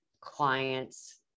clients